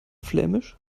flämisch